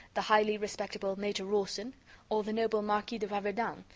the highly respectable major rawson or the noble marquis de raverdan,